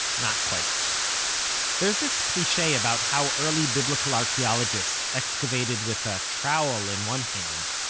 not quite there's this cliche about how early biblical archeologists excavated with a trowel in one hand,